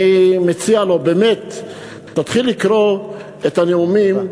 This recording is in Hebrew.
אני מציע לו, באמת, תתחיל לקרוא את הנאומים,